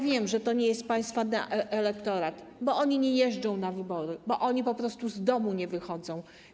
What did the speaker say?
Wiem, że to nie jest państwa elektorat, bo oni nie jeżdżą na wybory, bo oni po prostu z domu nie wychodzą.